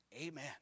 Amen